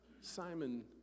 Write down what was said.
Simon